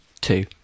two